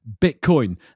Bitcoin